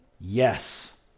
Yes